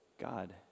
God